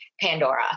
Pandora